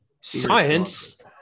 Science